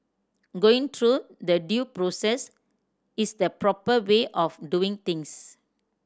going through the due process is the proper way of doing things